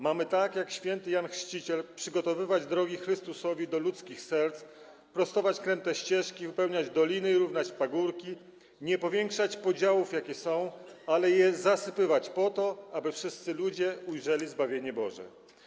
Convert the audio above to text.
Mamy tak jak św. Jan Chrzciciel przygotowywać drogi Chrystusowi do ludzkich serc, prostować kręte ścieżki, wypełniać doliny, równać pagórki, nie powiększać podziałów, jakie są, ale je zasypywać, aby wszyscy ludzie ujrzeli zbawienie Boże.